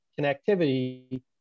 connectivity